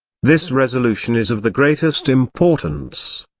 this resolution is of the greatest importance.